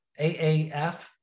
AAF